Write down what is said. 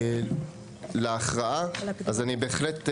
אז אני בהחלט מבקש,